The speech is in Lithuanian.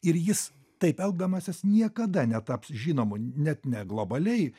ir jis taip elgdamasis niekada netaps žinomu net ne globaliai